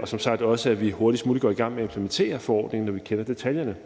og som sagt også i, at vi hurtigst muligt går i gang med at implementere forordningen, når vi kender detaljerne.